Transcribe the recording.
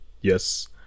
Yes